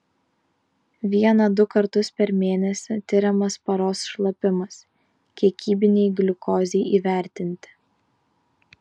vieną du kartus per mėnesį tiriamas paros šlapimas kiekybinei gliukozei įvertinti